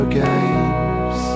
games